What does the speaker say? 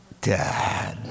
Dad